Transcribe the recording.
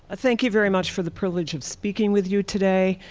thank you very much for the privilege of speaking with you today.